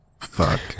Fuck